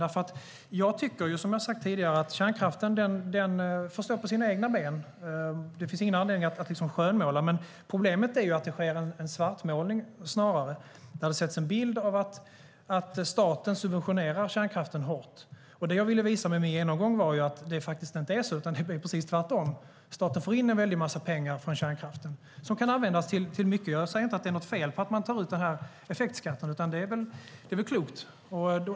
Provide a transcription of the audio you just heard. Som jag har sagt tidigare tycker jag att kärnkraften får stå på sina egna ben. Det finns ingen anledning att skönmåla den. Problemet är att det snarare sker en svartmålning där det målas upp en bild av att staten subventionerar kärnkraften hårt. Med min genomgång ville jag visa att det faktiskt inte är så utan att det är precis tvärtom. Staten får in en väldig massa pengar från kärnkraften som kan användas till mycket. Jag säger inte att det är fel att man tar ut effektskatten, utan det är väl klokt.